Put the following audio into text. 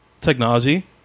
technology